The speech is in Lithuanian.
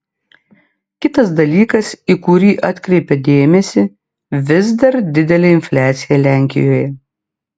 kitas dalykas į kurį atkreipia dėmesį vis dar didelė infliacija lenkijoje